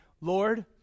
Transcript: Lord